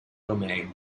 domain